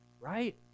Right